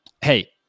hey